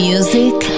Music